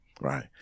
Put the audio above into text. Right